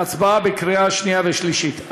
להצבעה בקריאה שנייה ושלישית.